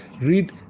read